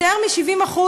יותר מ-70%,